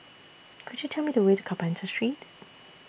Could YOU Tell Me The Way to Carpenter Street